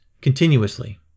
continuously